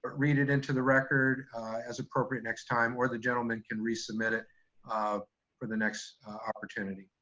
read it into the record as appropriate next time or the gentleman can resubmit it um for the next opportunity.